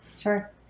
Sure